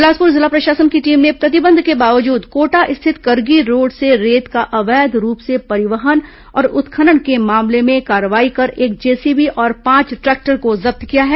बिलासपुर जिला प्रशासन की टीम ने प्रतिबंध के बावजूद कोटा स्थित करगी रोड से रेत का अवैध रूप से परिवहन और उत्खनन के मामले में कार्रवाई कर एक जेसीबी और पांच ट्रैक्टर को जब्त किया है